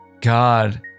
God